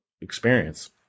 experience